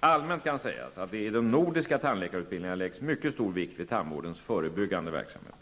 Allmänt kan sägas att det i de nordiska tandläkarutbildningarna läggs mycket stor vikt vid tandvårdens förebyggande verksamhet.